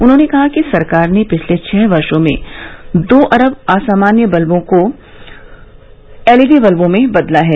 उन्होंने कहा कि सरकार ने पिछले छह वर्षो में दो अरब सामान्य बल्बों को एलईडी बल्बों में बदला है